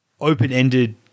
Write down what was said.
open-ended